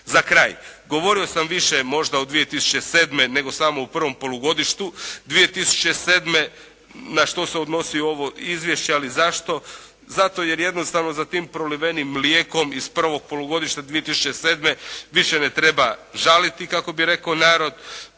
Za kraj. Govorio sam više možda od 2007. nego samo o prvom polugodištu 2007. na što se odnosi ovo Izvješće, ali zašto? Zato jer jednostavno za tim prolivenim mlijekom iz prvog polugodišta iz 2007. više ne treba žaliti kako bi rekao narod,